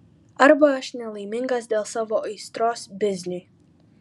arba aš nelaimingas dėl savo aistros bizniui